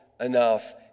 enough